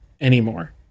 anymore